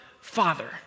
Father